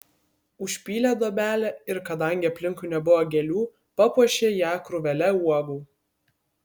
užpylė duobelę ir kadangi aplinkui nebuvo gėlių papuošė ją krūvele uogų